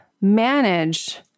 manage